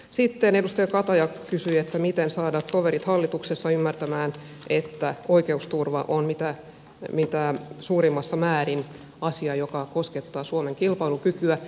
sitten edustaja kataja kysyi miten saada toverit hallituksessa ymmärtämään että oikeusturva on mitä suurimmassa määrin asia joka koskettaa suomen kilpailukykyä